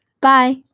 bye